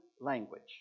language